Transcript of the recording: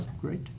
Great